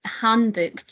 handbook